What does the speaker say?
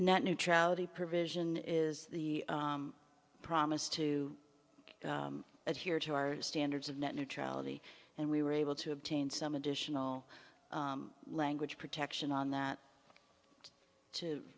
net neutrality provision is the promise to adhere to our standards of net neutrality and we were able to obtain some additional language protection on that to